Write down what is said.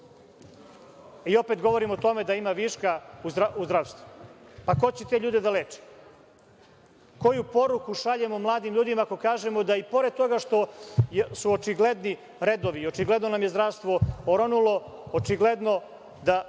a opet govorimo o tome da ima viška u zdravstvu. Ko će te ljude da leči? Koju poruku šaljemo mladim ljudima ako kažemo da i pored toga što su očigledni redovi i očigledno da nam je zdravstvo oronulo, da očigledno